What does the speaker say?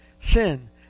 sin